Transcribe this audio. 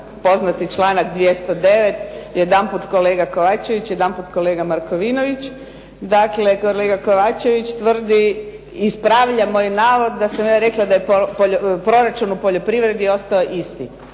poznati članak 209., jedanput kolega Kovačević, jedanput kolega Markovinović. Dakle, kolega Kovačević tvrdi, ispravlja moj navod da sam ja rekla da je proračun u poljoprivredi ostao isti.